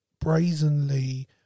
brazenly